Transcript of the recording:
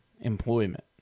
employment